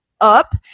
up